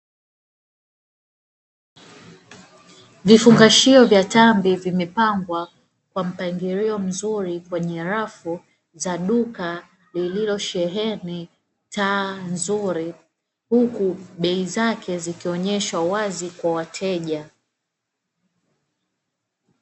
Vifungashio vya tambi vimepangwa kwa mpangilio mzuri kwenye rafu za duka lililosheheni taa nzuri, huku bei zake zikionyeshwa wazi kwa wateja.